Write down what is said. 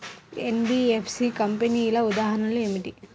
NBFC కంపెనీల ఉదాహరణ ఏమిటి?